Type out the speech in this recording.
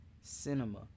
cinema